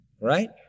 right